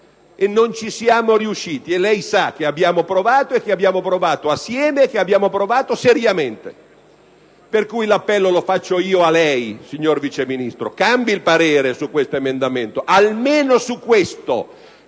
e non ci siamo riusciti, ed il Vice Ministro sa che abbiamo provato, che abbiamo provato assieme e che abbiamo provato seriamente. Per cui l'appello lo rivolgo io a lei, signor Vice Ministro: cambi il parere su questo emendamento, almeno su questo